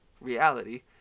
reality